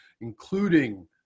including